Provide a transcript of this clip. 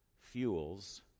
fuels